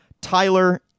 Tyler